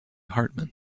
hartman